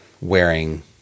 wearing